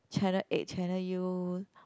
channel eight Channel U